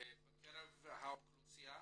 בקרב האוכלוסייה